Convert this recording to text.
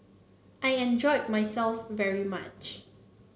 I enjoyed myself very much